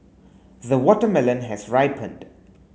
the watermelon has ripened